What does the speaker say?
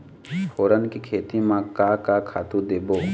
फोरन के खेती म का का खातू देबो?